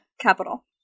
capital